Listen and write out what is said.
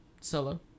Solo